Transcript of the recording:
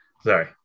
Sorry